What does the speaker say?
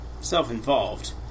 self-involved